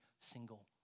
single